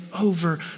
over